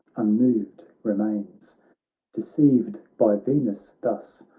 unmoved re mains deceived by venus thus,